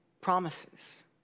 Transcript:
promises